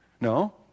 No